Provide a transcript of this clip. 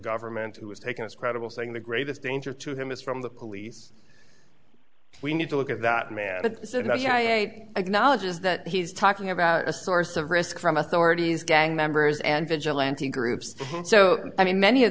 government who is taking us credible saying the greatest danger to him is from the police we need to look at that man i acknowledge is that he's talking about a source of risk from authorities gang members and vigilante groups so i mean many of